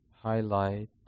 highlight